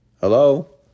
hello